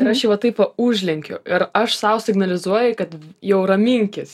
ir aš jį va taip va užlenkiau ir aš sau signalizuoju kad jau raminkis